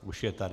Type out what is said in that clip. Už je tady.